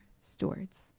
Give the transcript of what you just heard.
stewards